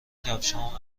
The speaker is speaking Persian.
کفشهام